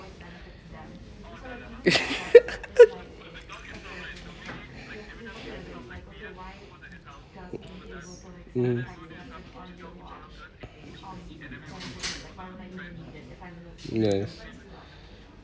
mmhmm yes